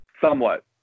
Somewhat